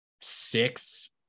six